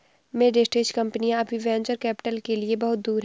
mid stage कंपनियां अभी venture capital के लिए बहुत दूर हैं